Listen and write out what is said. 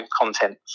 content